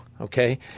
Okay